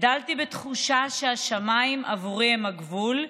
גדלתי בתחושה שהשמיים עבורי הם הגבול,